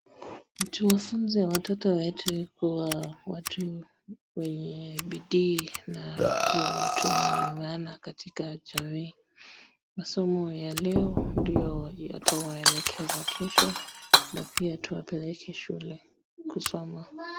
Tuwafunze watoto wetu kuwa watu wenye bidii na kuwa watu wenye maana katika jamii, masomo ya leo ndiyo yatawaelekeza kesho na pia tuwapeleke shule kusoma.